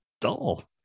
dull